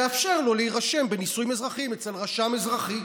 תאפשר לו להירשם בנישואים אזרחיים אצל רשם אזרחי.